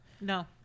No